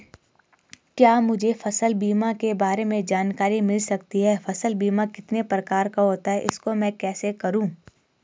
क्या मुझे फसल बीमा के बारे में जानकारी मिल सकती है फसल बीमा कितने प्रकार का होता है इसको मैं कैसे करूँ?